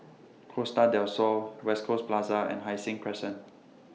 Costa Del Sol West Coast Plaza and Hai Sing Crescent